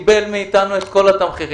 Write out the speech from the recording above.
קיבל מאתנו את כל התמחירים.